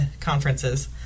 conferences